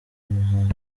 muhango